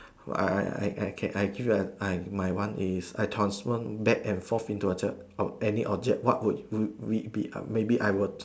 I I I I can I give the I my one is I transform back and forth into a any object what would we we be I maybe I will